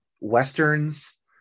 Westerns